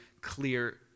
clear